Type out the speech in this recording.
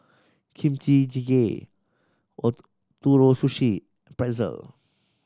Kimchi Jjigae Ootoro Sushi Pretzel